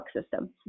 system